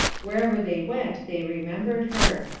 wherever they went they remembered her.